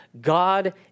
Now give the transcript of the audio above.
God